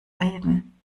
reden